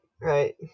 right